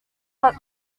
but